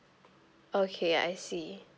okay I see